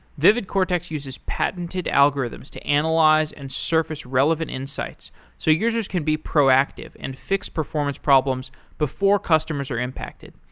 vividcortex uses patented algorithms to analyze and surface relevant insights so users can be proactive and fix performance problems before customers are impacted.